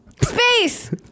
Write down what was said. Space